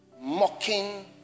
Mocking